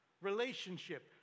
relationship